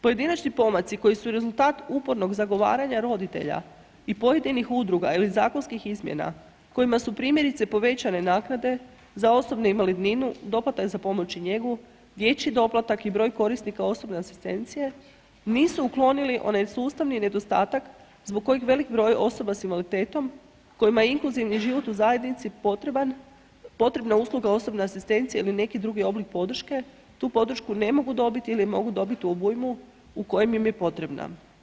Pojedinačni pomaci koji su rezultat upornog zagovaranja roditelja i pojedinih udruga ili zakonskih izmjena kojima su primjerice povećane naknade za osobu invalidninu, doplatak za pomoć i njegu, dječji doplatak i broj korisnika osobne asistencije nisu uklonili onaj sustavni nedostatak zbog kojeg velik broj osoba s invaliditetom kojima je inkluzivni život u zajednici potreban, potrebna usluga osobne asistencije ili neki drugi oblik podrške tu podršku ne mogu dobiti ili je mogu dobiti u obujmu u kojem im je potrebna.